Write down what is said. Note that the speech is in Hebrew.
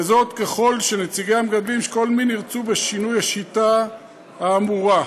ככל שנציגי המגדלים של כל מין ירצו בשינוי השיטה האמורה.